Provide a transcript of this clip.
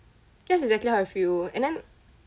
that's exactly how I feel and then